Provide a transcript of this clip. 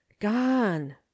gone